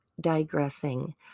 digressing